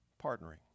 partnering